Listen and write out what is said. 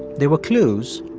there were clues,